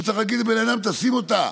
הוא צריך להגיד לבן אדם: שים אותה,